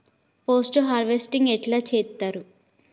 Post harvesting ఎట్ల చేత్తరు?